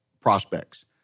prospects